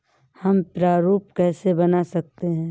हम प्रारूप कैसे बना सकते हैं?